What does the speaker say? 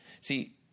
See